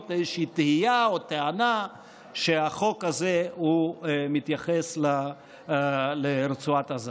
איזושהי תהייה או טענה שהחוק הזה מתייחס לרצועת עזה.